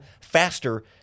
faster